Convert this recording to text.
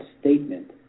statement